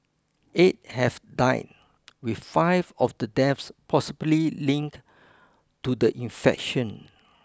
eight have died with five of the deaths possibly linked to the infection